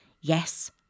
Yes